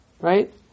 right